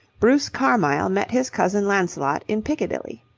bruce carmyle met his cousin lancelot in piccadilly.